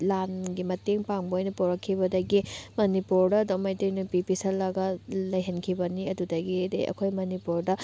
ꯂꯥꯟꯒꯤ ꯃꯇꯦꯡ ꯄꯥꯡꯕ ꯑꯣꯏꯅ ꯄꯣꯔꯛꯈꯤꯕꯗꯒꯤ ꯃꯅꯤꯄꯨꯔꯗ ꯑꯗꯨꯝ ꯃꯩꯇꯩ ꯅꯨꯄꯤ ꯄꯤꯁꯜꯂꯒ ꯂꯩꯍꯟꯈꯤꯕꯅꯤ ꯑꯗꯨꯗꯒꯤꯗꯤ ꯑꯩꯈꯣꯏ ꯃꯅꯤꯄꯨꯔꯗ